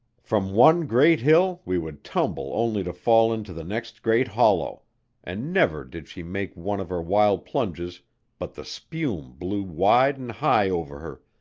from one great hill we would tumble only to fall into the next great hollow and never did she make one of her wild plunges but the spume blew wide and high over her,